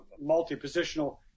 multi-positional